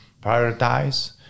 prioritize